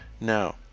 Now